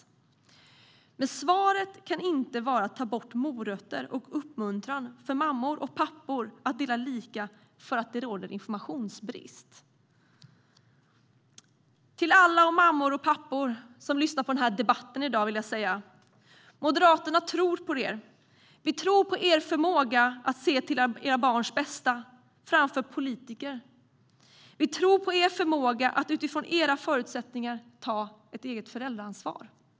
Lösningen på att det råder informationsbrist kan inte vara att ta bort morötter och uppmuntran för mammor och pappor att dela lika. Till alla mammor och pappor som lyssnar vill jag säga: Moderaterna tror på er. Vi tror på er förmåga att se till era barns bästa i stället för att politiker ska göra det. Vi tror på er förmåga att utifrån era förutsättningar ta föräldraansvar.